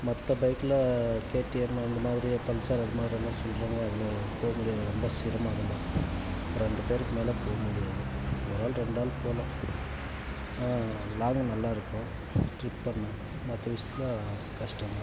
மற்ற பைக்கில் கேடிஎம் அந்த மாதிரி பல்சர் அது மாதிரி எல்லாம் சொல்கிறாங்க அதில் போக முடியாது ரொம்ப சிரமம் அதில் ஒரு ரெண்டு பேருக்கு மேல் போக முடியாது ஒரு ஆள் ரெண்டு ஆள் போகலாம் லாங் நல்லாயிருக்கும் ட்ரிப் பண்ண மற்ற விஷயத்தில் கஷ்டம் தான்